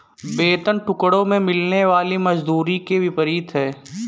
वेतन टुकड़ों में मिलने वाली मजदूरी के विपरीत है